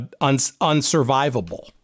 unsurvivable